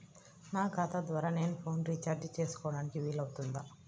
నా ఖాతా ద్వారా నేను ఫోన్ రీఛార్జ్ చేసుకోవడానికి వీలు అవుతుందా?